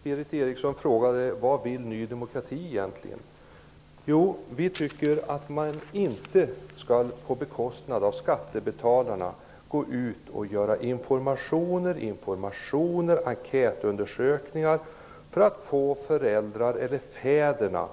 Herr talman! Berith Eriksson frågade vad Ny demokrati egentligen vill. Jo, vi tycker att man inte skall på skattebetalarnas bekostnad lämna information, göra enkätundersökningar osv. för att få fäderna